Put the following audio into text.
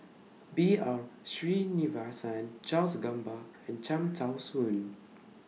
B R Sreenivasan Charles Gamba and Cham Tao Soon